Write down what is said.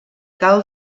cal